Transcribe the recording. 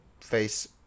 Face